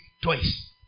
twice